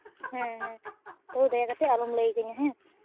ᱦᱮᱸ ᱦᱮᱸ ᱛᱟᱹᱣ ᱫᱟᱭᱟ ᱠᱟᱛᱮ ᱟᱞᱚᱢ ᱞᱟᱹᱭ ᱠᱟᱹᱧᱟᱹ ᱦᱮᱸ